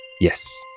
Yes